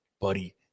buddy